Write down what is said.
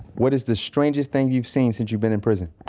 what is the strangest thing you've seen since you've been in prison?